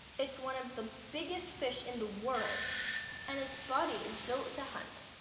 it's one of the biggest fish in the world and his body is built to hunt.